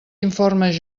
informes